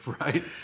Right